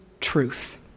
truth